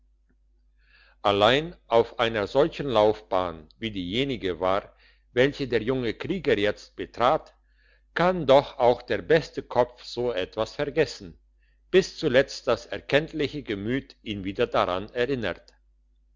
allein auf einer solchen laufbahn wie diejenige war welche der junge krieger jetzt betrat kann doch auch der beste kopf so etwas vergessen bis zuletzt das erkenntliche gemüt ihn wieder daran erinnert